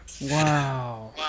Wow